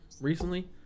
recently